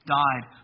died